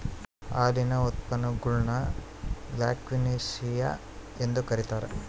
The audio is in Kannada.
ಹಾಲಿನ ಉತ್ಪನ್ನಗುಳ್ನ ಲ್ಯಾಕ್ಟಿಸಿನಿಯ ಎಂದು ಕರೀತಾರ